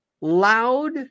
loud